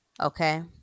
Okay